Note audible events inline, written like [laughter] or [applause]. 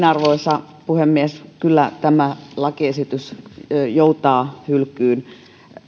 [unintelligible] arvoisa puhemies kyllä tämä lakiesitys joutaa hylkyyn